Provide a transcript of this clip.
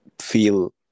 feel